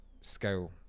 Scale